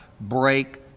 break